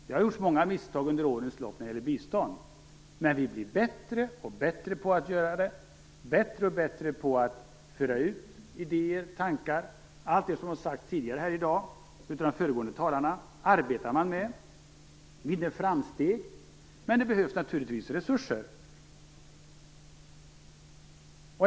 Det har gjorts många misstag under årens lopp när det gäller bistånd, men vi blir bättre och bättre på det. Vi blir bättre och bättre på att föra ut idéer och tankar. Allt det som har tagits upp tidigare i dag av de föregående talarna arbetar man med, och man vinner framsteg. Men det behövs naturligtvis resurser.